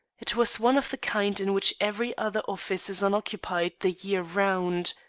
it was one of the kind in which every other office is unoccupied the year round.